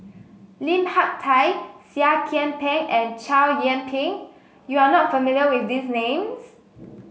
Lim Hak Tai Seah Kian Peng and Chow Yian Ping you are not familiar with these names